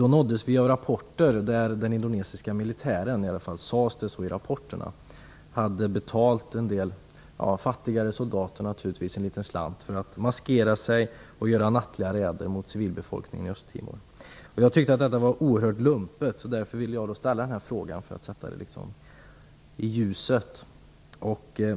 Vi nåddes då av rapporter om att den indonesiska militären hade betalt en del fattiga soldater en slant för att maskera sig och göra nattliga räder mot civilbefolkningen i Östtimor. Jag tyckte att detta var oerhört lumpet, och därför ville jag ställa frågan för att föra upp detta i ljuset.